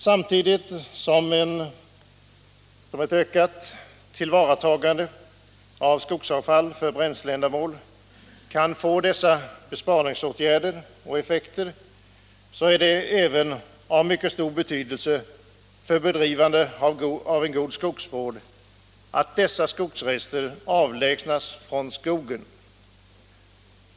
Samtidigt som ett ökat tillvaratagande av skogsavfall för bränsleändamål kan få dessa besparingseffekter är det av mycket stor betydelse för bedrivande av en god skogsvård att dessa skogsrester avlägsnas från skogen.